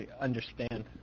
understand